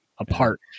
apart